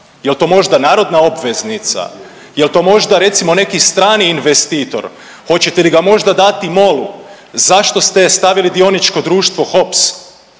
jel to možda narodna obveznica, jel to možda recimo neki strani investitor, hoćete li ga možda dati MOL-u, zašto ste stavili dioničko društvo HOPS,